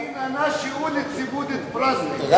רק